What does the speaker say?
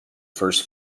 first